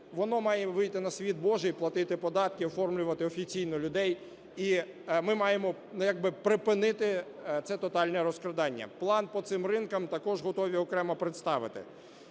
воно має вийти на світ Божий і платити податки, оформлювати офіційно людей, і ми маємо як би припинити це тотальне розкрадання. План по цим ринкам також готові окремо представити.